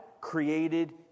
created